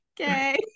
okay